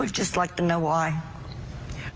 would just like to know why.